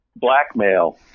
blackmail